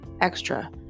extra